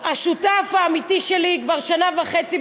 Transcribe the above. אתה השותף האמיתי שלי כבר שנה וחצי,